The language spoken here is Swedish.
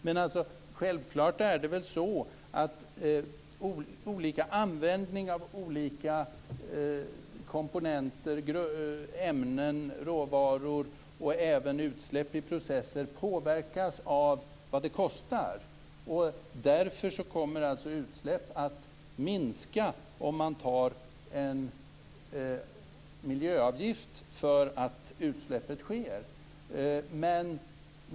Det är självklart att olika användning av olika komponenter, ämnen, råvaror och även utsläpp i processer påverkas av vad det kostar. Därför kommer utsläppen att minska om man tar ut miljöavgift för att utsläppet sker.